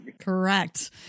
Correct